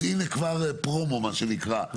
אז הנה כבר פרומו מה שנקרא,